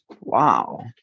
Wow